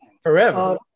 Forever